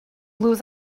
blues